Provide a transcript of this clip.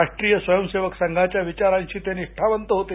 राष्ट्रीय स्वयंसेवक संघाच्या विचारांशी ते निष्ठावंत होते